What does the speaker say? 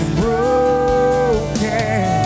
broken